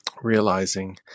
realizing